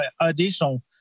additional